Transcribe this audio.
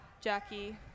Jackie